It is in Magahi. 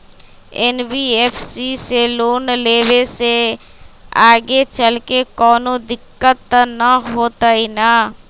एन.बी.एफ.सी से लोन लेबे से आगेचलके कौनो दिक्कत त न होतई न?